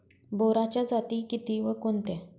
बोराच्या जाती किती व कोणत्या?